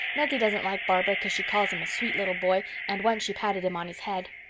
milty doesn't like barbara cause she calls him a sweet little boy and once she patted him on his head.